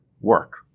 work